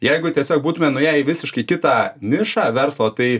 jeigu tiesiog būtume nuėję į visiškai kitą nišą verslo tai